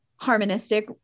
harmonistic